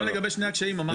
גם לגבי שני הקשיים אמרת.